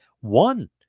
One